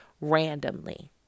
randomly